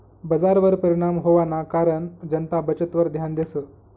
बजारवर परिणाम व्हवाना कारण जनता बचतवर ध्यान देस